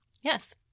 Yes